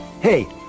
Hey